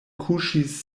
kuŝis